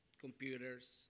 computers